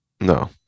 No